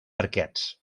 arquets